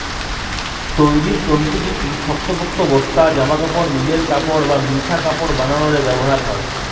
তৈরির তন্তু দিকি শক্তপোক্ত বস্তা, জামাকাপড়, মিলের কাপড় বা মিশা কাপড় বানানা রে ব্যবহার হয়